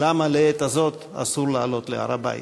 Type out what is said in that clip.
למה לעת הזאת אסור לעלות להר-הבית.